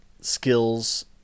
skills